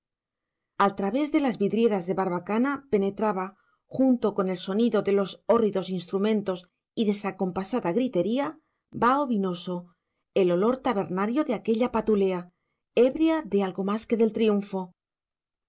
al través de las vidrieras de barbacana penetraba junto con el sonido de los hórridos instrumentos y descompasada gritería vaho vinoso el olor tabernario de aquella patulea ebria de algo más que del triunfo